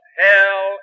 hell